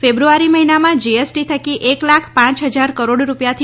ફેબ્રુઆરી મહિનામાં જીએસટી થકી એક લાખ પાંચ હજાર કરોડ રૂપિયાથી